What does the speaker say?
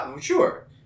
sure